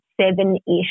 seven-ish